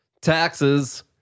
taxes